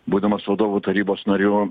būdamas vadovų tarybos nariu